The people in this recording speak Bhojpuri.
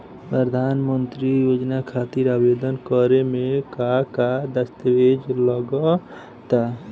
प्रधानमंत्री योजना खातिर आवेदन करे मे का का दस्तावेजऽ लगा ता?